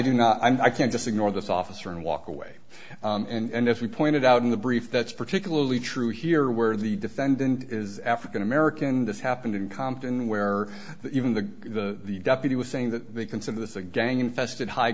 do not i can't just ignore this officer and walk away and as we pointed out in the brief that's particularly true here where the defendant is african american this happened in compton where even the deputy was saying that they consider this a gang infested high